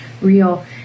real